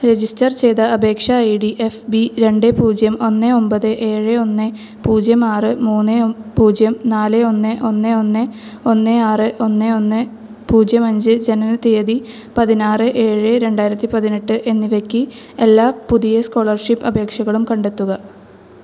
register ചെയ്ത അപേക്ഷ I D F B രണ്ട് പൂജ്യം ഒന്ന് ഒമ്പത് ഏഴ് ഒന്ന് പൂജ്യം ആറ് മൂന്ന് പൂജ്യം നാല് ഒന്ന് ഒന്ന് ഒന്ന് ഒന്ന് ആറ് ഒന്ന് ഒന്ന് പൂജ്യം അഞ്ച് ജനന തീയ്യതി പതിനാറ് ഏഴ് രണ്ടായിരത്തി പതിനെട്ട് എന്നിവയ്ക്ക് എല്ലാ പുതിയ സ്കോളർഷിപ്പ് അപേക്ഷകളും കണ്ടെത്തുക